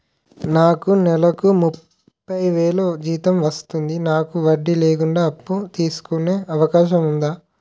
నాకు నేలకు ముప్పై వేలు జీతం వస్తుంది నాకు వడ్డీ లేకుండా అప్పు తీసుకునే అవకాశం ఉందా